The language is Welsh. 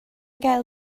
gael